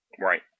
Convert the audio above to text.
Right